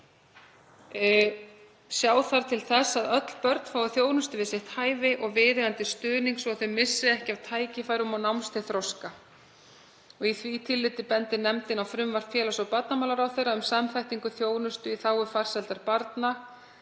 Sjá þarf til þess að öll börn fái þjónustu við sitt hæfi og viðeigandi stuðning svo að þau missi ekki af tækifærum til náms og þroska. Í því tilliti bendir nefndin á frumvarp félags- og barnamálaráðherra um samþættingu þjónustu í þágu farsældar barna,